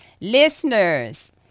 listeners